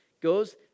goes